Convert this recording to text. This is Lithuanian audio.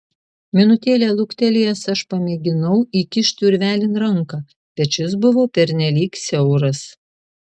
minutėlę luktelėjęs aš pamėginau įkišti urvelin ranką bet šis buvo pernelyg siauras